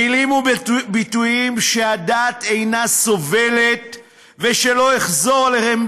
מילים וביטויים שהדעת אינה סובלת ושלא אחזור עליהם,